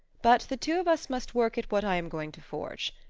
but the two of us must work at what i am going to forge.